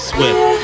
Swift